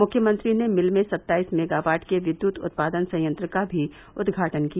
मुख्यमंत्री ने मिल में सत्ताइस मेगावाट के विद्यत उत्पादन संयंत्र का भी उदघाटन किया